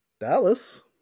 Dallas